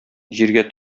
җиргә